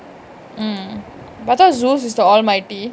mm but I thought zeus is the almighty